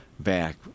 Back